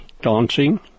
dancing